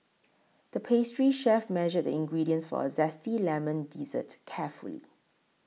the pastry chef measured the ingredients for a Zesty Lemon Dessert carefully